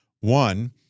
One